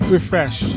Refresh